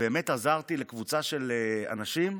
באמת עזרתי לקבוצה של אנשים.